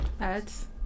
Ads